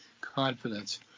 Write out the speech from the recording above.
confidence